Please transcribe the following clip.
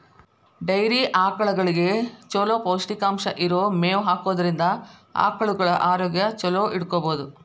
dairy ಆಕಳಗಳಿಗೆ ಚೊಲೋ ಪೌಷ್ಟಿಕಾಂಶ ಇರೋ ಮೇವ್ ಹಾಕೋದ್ರಿಂದ ಆಕಳುಗಳ ಆರೋಗ್ಯ ಚೊಲೋ ಇಟ್ಕೋಬಹುದು